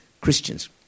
Christians